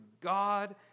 God